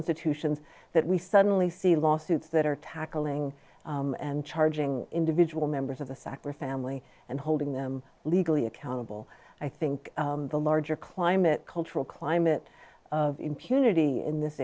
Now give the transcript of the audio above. institutions that we suddenly see lawsuits that are tackling and charging individual members of the sacristan lee and holding them legally accountable i think the larger climate cultural climate of impunity in this